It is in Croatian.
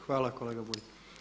Hvala kolega Bulj.